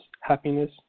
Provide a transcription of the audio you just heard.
happiness